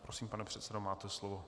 Prosím, pane předsedo, máte slovo.